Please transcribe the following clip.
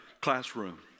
classroom